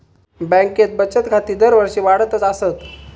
बँकेत बचत खाती दरवर्षी वाढतच आसत